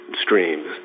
streams